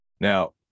now